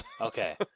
Okay